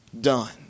done